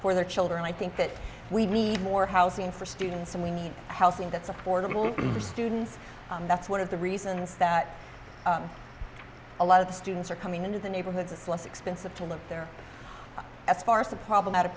for their children i think that we need more housing for students and we need housing that's affordable for students and that's one of the reasons that a lot of the students are coming into the neighborhoods it's less expensive to live there as far as the problematic